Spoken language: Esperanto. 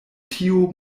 tiu